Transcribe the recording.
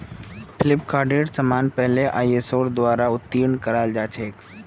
फ्लिपकार्टेर समान पहले आईएसओर द्वारा उत्तीर्ण कराल जा छेक